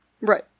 Right